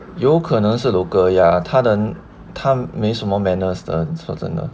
有可能是 local 呀他的他没什么 manners 的说真的